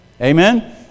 Amen